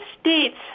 States